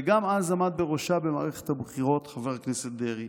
גם אז עמד בראשה במערכת הבחירות חבר הכנסת דרעי.